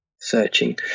searching